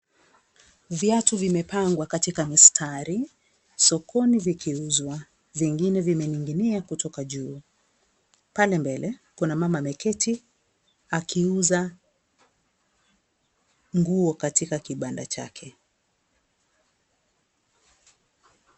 Viatu vimepangwa katika mstari sokoni vikiuzwa, vingine vimeninginia kutoka juu. Pale mbele kuna mama ameketi akiuza nguo katika kibanda chake.